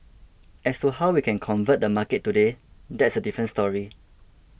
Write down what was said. as to how we can convert the market today that's a different story